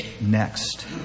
next